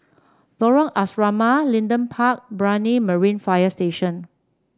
Lorong Asrama Leedon Park Brani Marine Fire Station